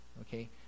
okay